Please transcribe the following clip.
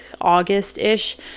August-ish